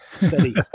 Steady